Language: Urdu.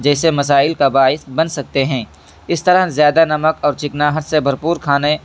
جیسے مسائل کا باعث بن سکتے ہیں اس طرح زیادہ نمک اور چکناہٹ سے بھرپور کھانے